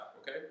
okay